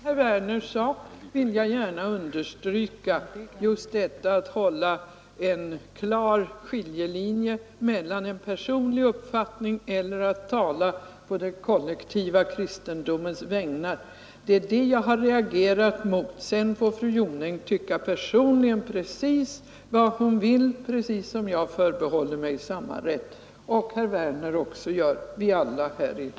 Fru talman! Det sista som herr Werner i Malmö sade vill jag gärna understryka — just detta att man måste ha en klar skiljelinje mellan en personlig uppfattning och att tala på den kollektiva kristendomens vägnar. Det är därvidlag jag har reagerat. Sedan får fru Jonäng personligen tycka precis vad hon vill, på samma sätt som jag och herr Werner i Malmö och alla i denna kammare förbehåller oss samma rätt för vår egen del.